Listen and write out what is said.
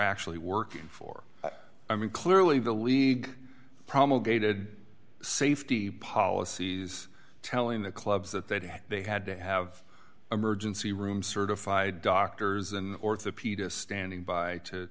ctually working for i mean clearly the league promulgated safety policies telling the clubs that they did they had to have emergency rooms certified doctors an orthopedist standing by